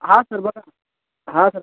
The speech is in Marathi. हां सर बोला ना हां सर